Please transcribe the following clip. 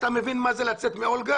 אתה מבין מה זה לצאת מאולגה?